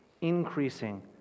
increasing